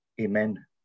amen